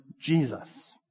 Jesus